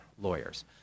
Lawyers